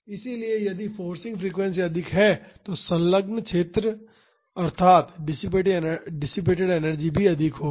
इसलिए यदि forcing frequency अधिक है तो संलग्न क्षेत्र अर्थात डिसिपेटड एनर्जी भी अधिक होगी